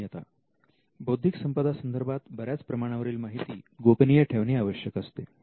गोपनीयता बौद्धिक संपदा संदर्भात बऱ्याच प्रमाणावरील माहिती गोपनीय ठेवणे आवश्यक असते